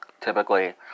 typically